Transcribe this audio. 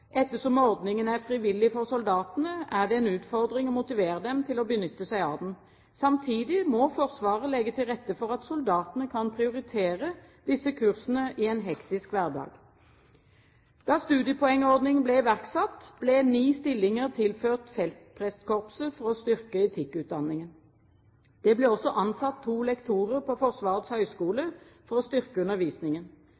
Ettersom ordningen er frivillig for soldatene, er det en utfordring å motivere dem til å benytte seg av den. Samtidig må Forsvaret legge til rette for at soldatene kan prioritere disse kursene i en hektisk hverdag. Da studiepoengordningen ble iverksatt, ble ni stillinger tilført feltprestkorpset for å styrke etikkutdanningen. Det ble også ansatt to lektorer på Forsvarets